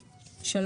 (3)